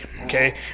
okay